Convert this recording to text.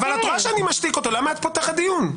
את רואה שאני משתיק אותו, למה את פותחת דיון?